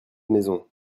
maisons